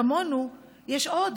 כמונו יש עוד,